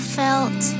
felt